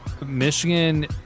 Michigan